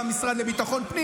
גם את המשרד לביטחון פנים,